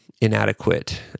inadequate